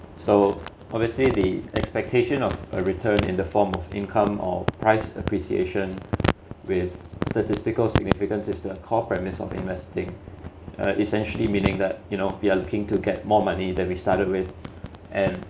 so obviously the expectation of a return in the form of income or price appreciation with statistical significance is the core premise of investing uh essentially meaning that you know you are looking to get more money that we started with and